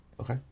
Okay